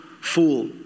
fool